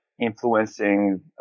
influencing